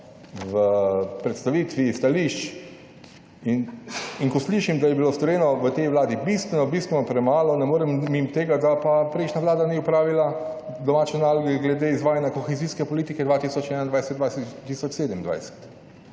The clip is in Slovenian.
v predstavitvi stališč, in ko slišim, da je bilo storjeno v tej Vladi bistveno, bistveno premalo, ne morem mimo tega, da pa prejšnja Vlada ni opravila domače naloge glede izvajanja kohezijske politike 2021-2027.